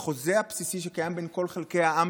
בחוזה הבסיסי שקיים בין כל חלקי העם